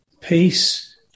peace